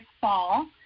fall